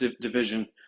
division